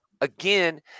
again